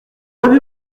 avez